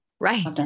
right